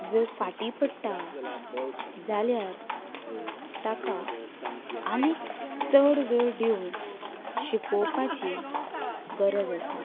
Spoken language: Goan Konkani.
जर फाटीं पडटा जाल्यार ताका आनी चड वेळ दिवन शिकोवपाची गरज आसा